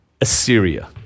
Assyria